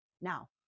now